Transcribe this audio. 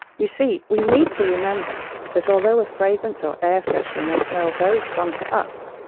you see we need to remember that although a fragrance or air freshener may smell very strong to us,